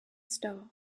star